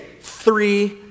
three